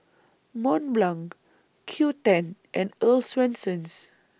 Mont Blanc Qoo ten and Earl's Swensens